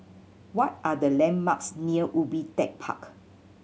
what are the landmarks near Ubi Tech Park